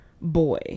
boy